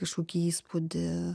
kažkokį įspūdį